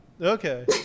Okay